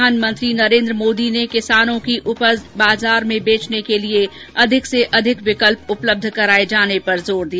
प्रधानमंत्री नरेन्द्र मोदी ने किसानों की उपज बाजार में बेचने के लिए अधिक से अधिक विकल्प उपलब्ध कराये जाने पर जोर दिया